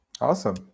Awesome